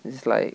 it's like